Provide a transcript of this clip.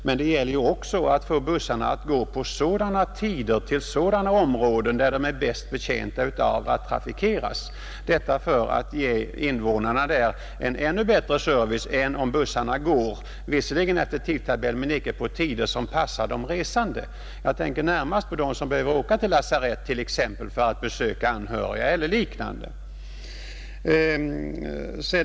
Men det gäller också att få dem att gå på sådana tider och till sådana områden att trafiken bäst betjänar invånarna — detta för att ge dem en ännu bättre service än om bussarna går visserligen efter tidtabell men icke på tider som passar de resande. Jag tänker närmast på dem som behöver åka till lasarett för att besöka anhöriga och liknande fall.